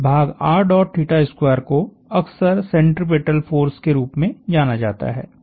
इस भाग को अक्सर सेंट्रिपेटल फ़ोर्स के रूप में जाना जाता है